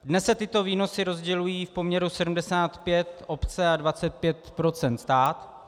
Dnes se tyto výnosy rozdělují v poměru 75 obce a 25 % stát.